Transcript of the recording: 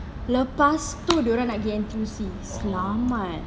lepas tu dia orang nak pergi N_T_U_C selamat